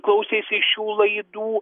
klausėsi šių laidų